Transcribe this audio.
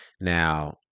Now